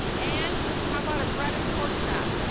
and how about a breaded pork chops?